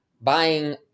Buying